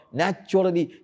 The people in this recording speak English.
naturally